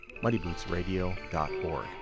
muddybootsradio.org